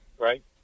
right